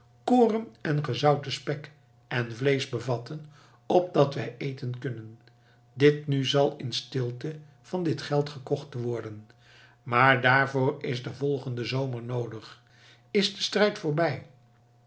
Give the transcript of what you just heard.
koren en gezouten spek en vleesch bevatten opdat wij eten kunnen dit nu zal in stilte van dit geld gekocht worden maar daarvoor is de volgende zomer noodig is de strijd voorbij